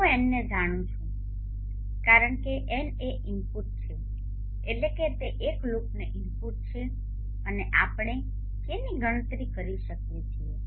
હું એન ને જાણું છું કારણ કે એન એ ઇનપુટ છે એટલે કે તે એક લૂપ ઇનપુટ છે અને આપણે કે ની ગણતરી કરી શકીએ છીએ